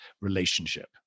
relationship